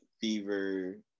fever